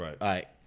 right